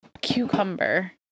cucumber